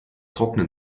trocknen